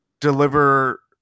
deliver